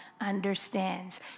understands